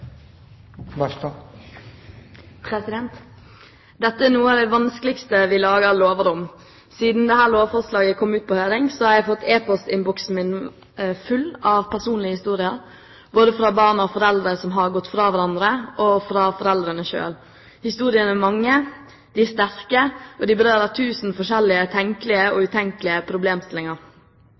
Dette er noe av det vanskeligste vi lager lover om. Siden dette lovforslaget kom ut på høring, har jeg fått e-postinnboksen min full av personlige historier, både fra barn med foreldre som har gått fra hverandre, og fra foreldrene selv. Historiene er mange, de er sterke, og de berører tusen forskjellige tenkelige og utenkelige problemstillinger.